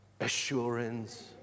assurance